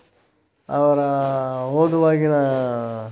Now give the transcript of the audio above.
ಅವರ ಓದುವಾಗಿನ